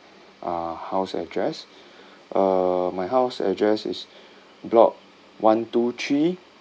uh house address uh my house address is block one two three